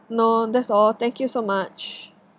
no that's all thank you so much